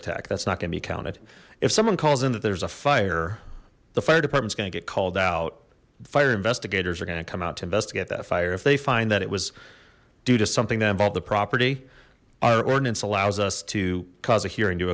attack that's not gonna be counted if someone calls in that there's a fire the fire department's gonna get called out fire investigators are gonna come out to investigate that fire if they find that it was due to something that involved the property our ordinance allows us to cause a hearing to